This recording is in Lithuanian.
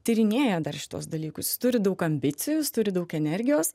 tyrinėja dar šituos dalykus jis turi daug ambicijų jis turi daug energijos